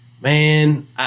man